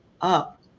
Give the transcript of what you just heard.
up